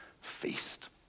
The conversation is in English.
feast